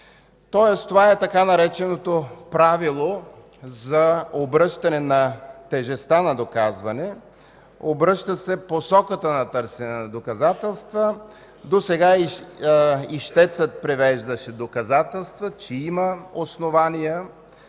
Тоест това е така нареченото „правило за обръщане тежестта на доказване”. Обръща се посоката на търсене на доказателства. Досега ищецът привеждаше доказателства, че има основание